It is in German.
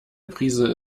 prise